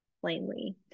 Plainly